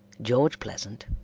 george pleasant,